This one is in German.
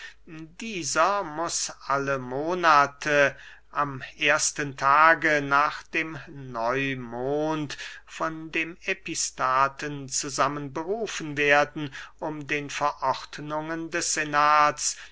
dieser muß alle monate am ersten tage nach dem neumond von dem epistaten zusammen berufen werden um den verordnungen des senats